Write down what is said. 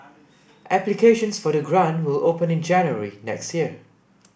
applications for the grant will open in January next year